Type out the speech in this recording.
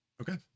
okay